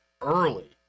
early